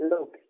Look